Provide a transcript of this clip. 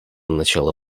начало